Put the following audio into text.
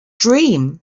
dream